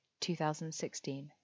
2016